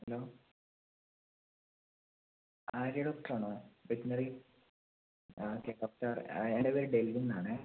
hello Arya doctor ആണോ veterinary ആ okay doctor എൻ്റെ പേര് ഡെയിൽ എന്നാണേ